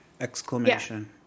exclamation